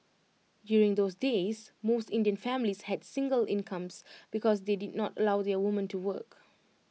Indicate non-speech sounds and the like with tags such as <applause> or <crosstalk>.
<noise> during those days most Indian families had single incomes because they did not allow their women to work